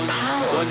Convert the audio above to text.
power